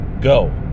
go